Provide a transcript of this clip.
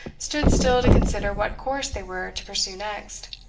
stood still to consider what course they were to pursue next.